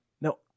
no